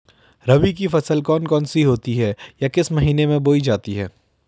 रबी की फसल कौन कौन सी होती हैं या किस महीने में बोई जाती हैं?